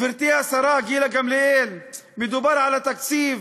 גברתי השרה גילה גמליאל, מדובר על התקציב,